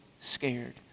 scared